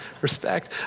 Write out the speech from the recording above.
Respect